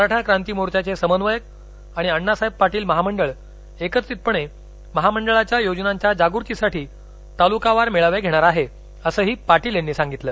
मराठा क्रांती मोर्चाचे समन्वयक आणि अण्णासाहेब पाटील महामंडळ एकत्रितपणे महामंडळाच्या योजनांच्या जागृतीसाठी तालुकावार मेळावे घेणार आहे असंही पाटील यांनी सांगितलं